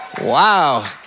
Wow